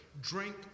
drink